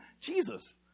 Jesus